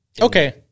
Okay